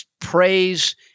praise